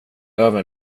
över